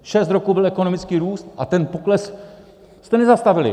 Šest roků byl ekonomický růst, a ten pokles jste nezastavili.